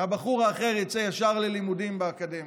והבחור האחר יצא ישר ללימודים באקדמיה.